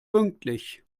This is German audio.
pünktlich